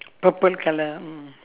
purple colour